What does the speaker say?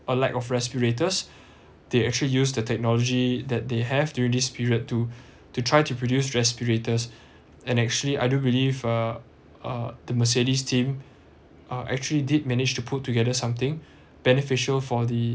a lack of respirators they actually use the technology that they have during this period to to try to produce respirators and actually I do believe uh uh the mercedes team are actually did manage to put together something beneficial for the